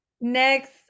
Next